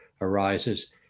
arises